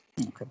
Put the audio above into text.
Okay